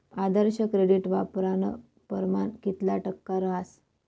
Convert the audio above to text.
आदर्श credit वापरानं परमाण कितला टक्का रहास